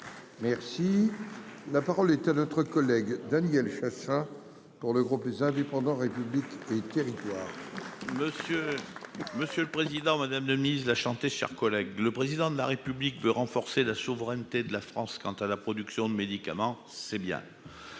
Merci. La parole est à notre collègue Daniel chassa pour le groupe les indépendants. Le but et territoires monsieur. Monsieur le président, madame de mise la chanter, chers collègues. Le président de la République veut renforcer la souveraineté de la France. Quant à la production de médicaments, c'est bien.